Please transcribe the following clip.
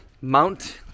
Mount